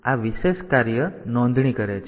તેથી આ વિશેષ કાર્ય નોંધણી કરે છે